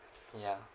ya